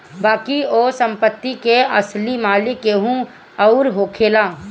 बाकी ओ संपत्ति के असली मालिक केहू अउर होखेला